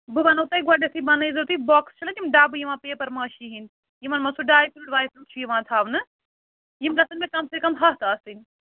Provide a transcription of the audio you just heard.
بہٕ وَنہو تۄہہِ گۄڈٕنٮ۪تھٕے بَنٲوِزیٚو تُہۍ بۄکٕس چھِنا تِم ڈَبہٕ یِوان پیپر ماشی ہٕنٛدۍ یِمَن منٛز سُہ ڈرٛے فرٛوٗٹ چھُ یِوان تھاونہٕ یِم گژھَن مےٚ کَم سے کَم ہَتھ آسٕنۍ